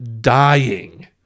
dying